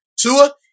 Tua